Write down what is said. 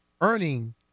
earning